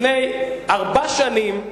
לפני ארבע שנים,